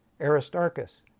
Aristarchus